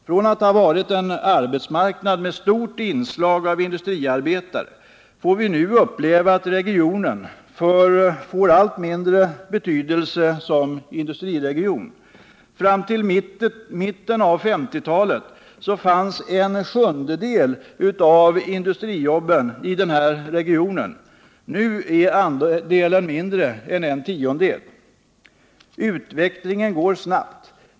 Från att regionen har varit en arbetsmarknad med ett stort inslag av industriarbetare får vi emellertid nu uppleva att den får allt mindre betydelse som industriregion. Fram till mitten av 1950-talet fanns en sjundedel av industrijobben i den här regionen, men nu är den andelen mindre än en tiondel. Utvecklingen går snabbt.